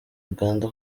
uganda